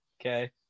Okay